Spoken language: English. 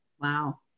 Wow